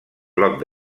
bloc